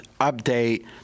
update